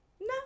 No